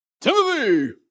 Timothy